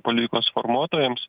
politikos formuotojams